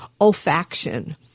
olfaction